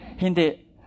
Hindi